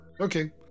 Okay